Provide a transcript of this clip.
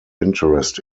interest